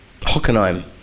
Hockenheim